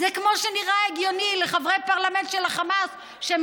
זה כמו שנראה הגיוני לחברי פרלמנט של חמאס שהם